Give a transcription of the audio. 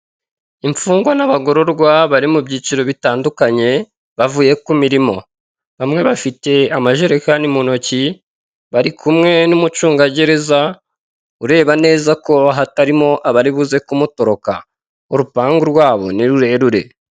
Imfungwa n'abagororwa bari mu byiciro bitandukanye bavuye ku mirimo. Bamwe bafite amajerekani mu ntoki bari kumwe n'umucungagereza ureba neza ko hatarimo abari buze kumutoroka. Urupangu rwabo ni rurerure.